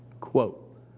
Quote